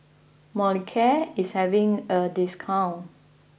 Molicare is having a discount